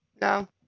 no